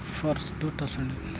first two thousand